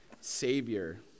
savior